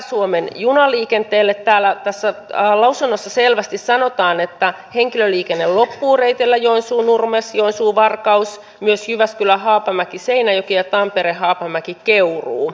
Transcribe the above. on tärkeää että tässä hyödynnämme mahdollisimman paljon omaa teollisuuttamme niin että näiden hankintojen yhteydessä työpaikkoja jää myös suomeen